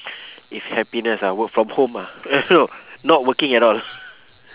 if happiness ah work from home ah ah no not working at all